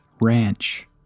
ranch